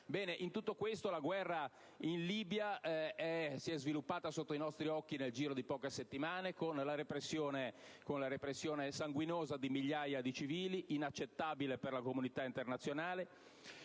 democratica. La guerra in Libia si è sviluppata sotto i nostri occhi nel giro di poche settimane con la repressione sanguinosa di migliaia di civili, inaccettabile per la comunità internazionale: